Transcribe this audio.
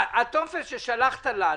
הטופס ששלחת לנו,